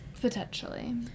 Potentially